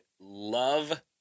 love